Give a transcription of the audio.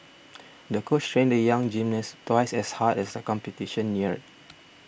the coach trained the young gymnast twice as hard as the competition neared